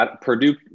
Purdue